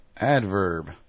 Adverb